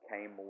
came